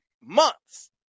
months